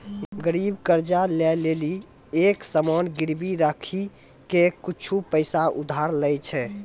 गरीब कर्जा ले लेली एक सामान गिरबी राखी के कुछु पैसा उधार लै छै